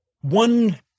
one